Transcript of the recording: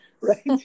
right